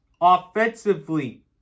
offensively